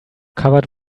covered